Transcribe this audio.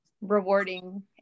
rewarding